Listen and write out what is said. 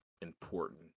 Important